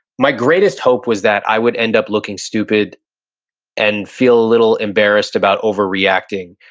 my greatest hope was that i would end up looking stupid and feel a little embarrassed about overreacting,